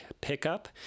pickup